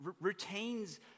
Routine's